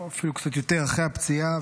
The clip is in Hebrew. או אפילו קצת יותר אחרי הפציעה,